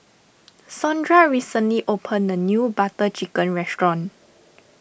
Saundra recently opened a new Butter Chicken restaurant